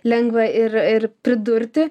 lengva ir ir pridurti